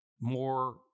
more